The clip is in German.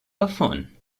davon